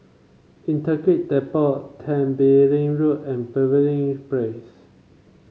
Integrated Depot Tembeling Road and Pavilion Place